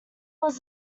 was